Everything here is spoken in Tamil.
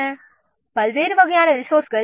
ரிசோர்ஸ்களின் பல்வேறு வகைகள் யாவை